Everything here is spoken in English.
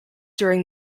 during